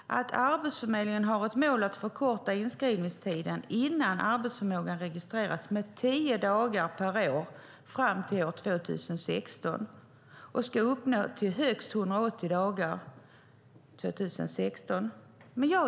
"Arbetsförmedlingen har ett mål att förkorta inskrivningstiden innan arbetsförmågan registreras med tio dagar per år fram till 2016 och ska uppgå till högst 180 dagar 2016", säger hon.